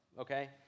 okay